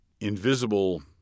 invisible